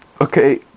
Okay